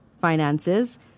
finances